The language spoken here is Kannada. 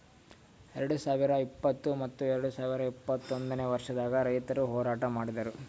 ಎರಡು ಸಾವಿರ ಇಪ್ಪತ್ತು ಮತ್ತ ಎರಡು ಸಾವಿರ ಇಪ್ಪತ್ತೊಂದನೇ ವರ್ಷದಾಗ್ ರೈತುರ್ ಹೋರಾಟ ಮಾಡಿದ್ದರು